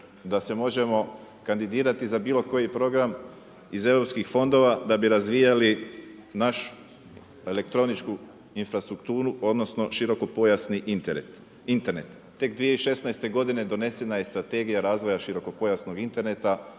da se možemo kandidirati za bilo koji program iz europskih fondova da bi razvijali našu elektroničku infrastrukturu odnosno širokopojasni Internet. Tek 2016. godine donesena je Strategija razvoja širokopojasnog interneta